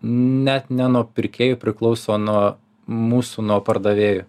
net ne nuo pirkėjų priklauso o nuo mūsų nuo pardavėjų